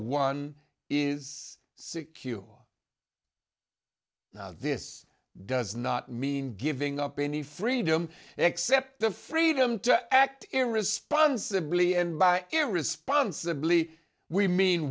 one is secure this does not mean giving up any freedom except the freedom to act irresponsibly and by irresponsibly we mean